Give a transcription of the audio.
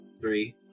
Three